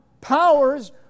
Powers